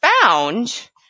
found